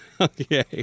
Okay